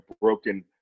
broken